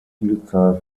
vielzahl